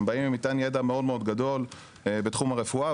הם באים עם מטען ידע מאוד מאוד גדול בתחום הרפואה,